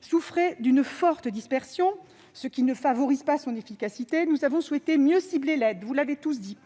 souffrait d'une forte dispersion, ce qui ne favorise pas son efficacité, nous avons souhaité la cibler mieux, comme l'ont dit